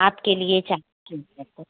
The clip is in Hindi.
आपके लिए